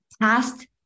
past